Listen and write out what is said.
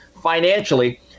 financially